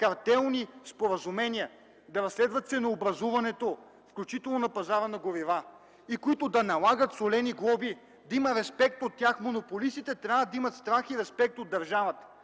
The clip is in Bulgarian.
картелни споразумения, да разследват ценообразуването, включително на пазара на горива, и които да налагат „солени” глоби; да има респект от тях. Монополистите трябва да имат страх и респект от държавата.